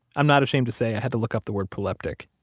i'm not ashamed to say i had to look up the word proleptic.